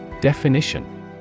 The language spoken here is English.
Definition